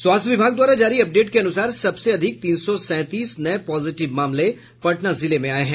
स्वास्थ्य विभाग द्वारा जारी अपडेट के अनुसार सबसे अधिक तीन सौ सैंतीस नये पॉजिटिव मामले पटना जिले में आये हैं